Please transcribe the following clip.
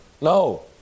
no